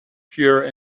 pure